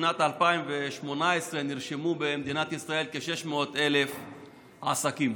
בשנת 2018 נרשמו במדינת ישראל כ-600,000 עסקים.